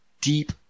deep